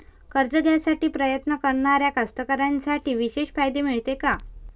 कर्ज घ्यासाठी प्रयत्न करणाऱ्या कास्तकाराइसाठी विशेष फायदे मिळते का?